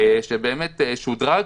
שבאמת שודרג.